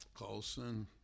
Colson